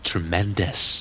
Tremendous